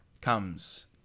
comes